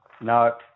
No